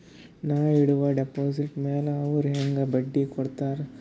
ನಾ ಇಡುವ ಡೆಪಾಜಿಟ್ ಮ್ಯಾಲ ಅವ್ರು ಹೆಂಗ ಬಡ್ಡಿ ಕೊಡುತ್ತಾರ?